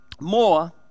more